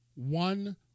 One